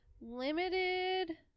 Limited